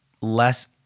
less